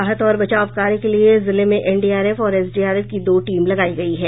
राहत और बचाव कार्य के लिए जिले में एनडीआरएफ और एसडीआरएफ की दो टीम लगायी गयी है